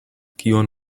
kion